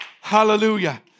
Hallelujah